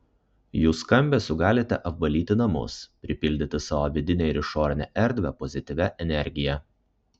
jų skambesiu galite apvalyti namus pripildyti savo vidinę ir išorinę erdvę pozityvia energija